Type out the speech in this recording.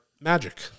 magic